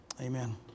Amen